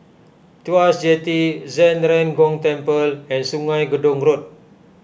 Tuas Jetty Zhen Ren Gong Temple and Sungei Gedong Road